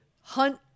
hunt